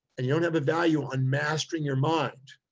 and you don't have a value on mastering your mind.